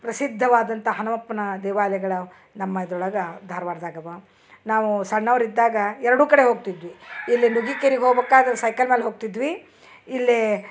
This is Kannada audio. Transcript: ಪ್ರಸಿದ್ಧವಾದಂಥ ಹನುಮಪ್ಪನ ದೇವಾಲಯಗಳ ನಮ್ಮದೊಳಗ ಧಾರವಾಡದಾಗವ ನಾವು ಸಣ್ಣವರಿದ್ದಾಗ ಎರಡು ಕಡೆ ಹೋಗ್ತಿದ್ವಿ ಇಲ್ಲಿ ನುಗ್ಗಿಕೆರಿಕ್ ಹೋಗ್ಬೇಕಾದ್ರ ಸೈಕಲ್ ಮೇಲೆ ಹೋಗ್ತಿದ್ವಿ ಇಲ್ಲಿ